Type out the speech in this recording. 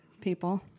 people